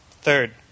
Third